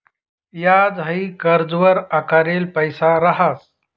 याज हाई कर्जवर आकारेल पैसा रहास